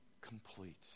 complete